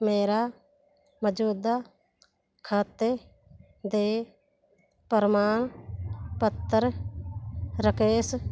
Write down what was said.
ਮੇਰਾ ਮੌਜੂਦਾ ਖਾਤੇ ਦੇੇ ਪ੍ਰਮਾਣ ਪੱਤਰ ਰਾਕੇਸ਼